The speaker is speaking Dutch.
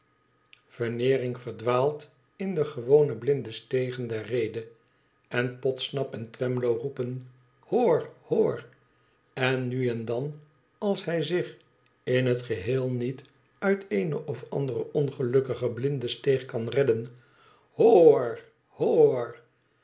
veneering verdwaalt in de gewone blinde stegen der rede en podsnap en twemlow roepen hoor i hoor en nu en dan als hij zich in het geheel niet uit eene of andere ongelukkige blinde steeg kan redden hoooor hoooor